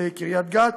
של קריית גת,